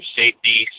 safety